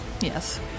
Yes